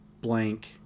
blank